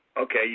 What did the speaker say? okay